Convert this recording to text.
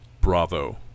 Bravo